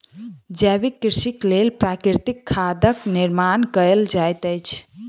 जैविक कृषिक लेल प्राकृतिक खादक निर्माण कयल जाइत अछि